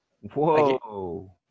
Whoa